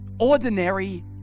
ordinary